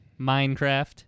Minecraft